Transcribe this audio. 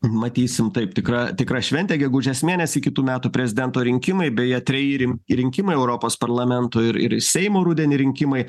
matysim taip tikra tikra šventė gegužės mėnesį kitų metų prezidento rinkimai beje treji rim rinkimai europos parlamento ir ir seimo rudenį rinkimai